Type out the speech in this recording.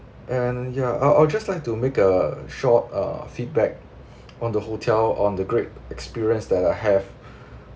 and ya I'll I'll just like to make a short uh feedback on the hotel on the great experience that I have